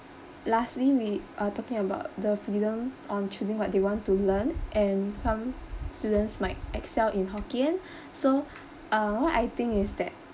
lastly we uh talking about the freedom on choosing what they want to learn and some students might excel in hokkien so uh what I think is that